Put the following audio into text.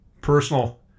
personal